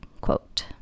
quote